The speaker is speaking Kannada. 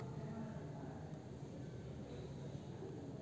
ಆರ್.ಟಿ.ಜಿ.ಎಸ್ ಅಂದ್ರೆ ಎಂತ ಅದರ ಬಗ್ಗೆ ಸ್ವಲ್ಪ ಹೇಳಬಹುದ?